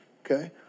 Okay